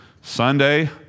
Sunday